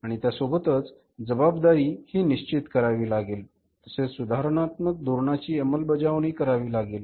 आणि त्या सोबतच जबाबदारी हि निश्चित लागेल तसेच सुधारणात्मक धोरणाची अंमलबाजवणी करावी लागेल